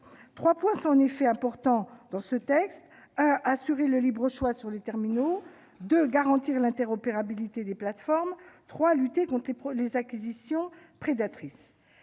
Trois points sont en effet importants dans ce texte : assurer le libre choix sur les terminaux, garantir l'interopérabilité des plateformes, lutter contre les acquisitions prédatrices.